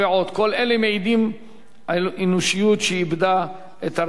כל אלה מעידים על אנושיות שאיבדה את הרגישות.